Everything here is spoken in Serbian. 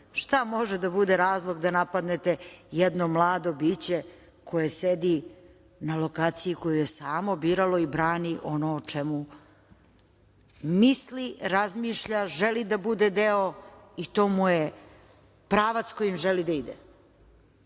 Šta može da bude razlog da napadnete jedno mlado biće koje sedi na lokaciji koju je samo biralo i brani ono o čemu misli, razmišlja, želi da bude deo i to mu je pravac kojim želi da ide?